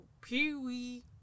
Pee-wee